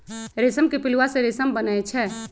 रेशम के पिलुआ से रेशम बनै छै